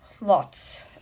Lots